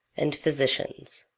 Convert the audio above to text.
and physicians.